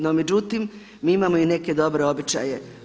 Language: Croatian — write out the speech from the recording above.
No međutim, mi imamo i neke dobre običaje.